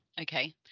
okay